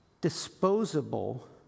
disposable